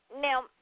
Now